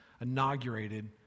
inaugurated